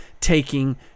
taking